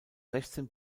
sechzehn